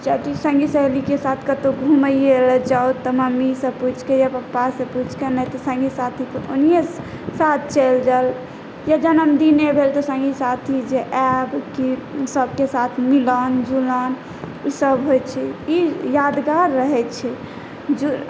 किआकि सङ्गी सहेलीके साथ कतहु घूमैए लेल जाउ तऽ मम्मीसँ पूछि कऽ या पप्पासँ पूछि कऽ नहि तऽ सङ्गी साथीके ओनहिओ साथ चलि जायब या जन्मदिने भेल तऽ सङ्गी साथी जे आयब की सभके साथ मिलन जुलन ईसभ होइत छै ई यादगार रहैत छै